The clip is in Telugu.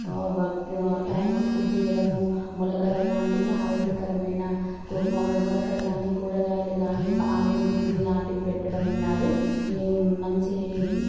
టైమ్కు ఫుడ్ ఇవ్వడము మొలకల లాంటివి ఆరోగ్యకరమైన మొలకలు కానీ కూరగాయలు కానీ పాలు గుడ్లు ఇలాంటివి పెట్టడం ఉండాలి మంచి